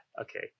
Okay